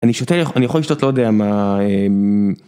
אני שותה אני יכול לשתות לא יודע מה.